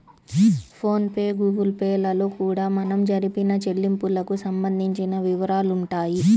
phone pay Google pay లలో కూడా మనం జరిపిన చెల్లింపులకు సంబంధించిన వివరాలుంటాయి